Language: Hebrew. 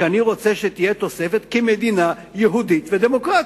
ואני רוצה שתהיה תוספת: כמדינה יהודית ודמוקרטית.